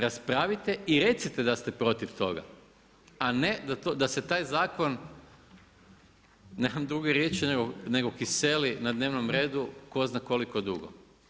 Raspravite i recite da ste protiv toga, a ne da se taj zakon nemam druge riječi nego kiseli na dnevnom redu ko zna koliko dugo.